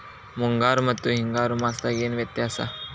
ಮುಂಗಾರು ಮತ್ತ ಹಿಂಗಾರು ಮಾಸದಾಗ ಏನ್ ವ್ಯತ್ಯಾಸ?